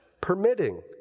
permitting